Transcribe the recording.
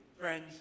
Friends